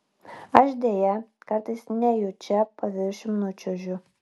aš deja kartais nejučia paviršium nučiuožiu